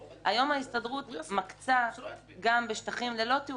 כיום ההסתדרות מקצה בשטחים גם ללא תיאום אתנו.